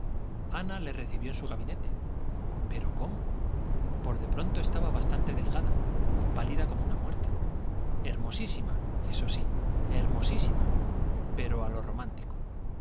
ana le recibió en su gabinete pero cómo por de pronto estaba bastante delgada y pálida como una muerta hermosísima eso sí hermosísima pero a lo romántico